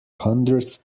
hundred